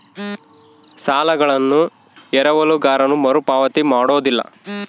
ಸಾಲಗಳನ್ನು ಎರವಲುಗಾರನು ಮರುಪಾವತಿ ಮಾಡೋದಿಲ್ಲ